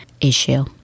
issue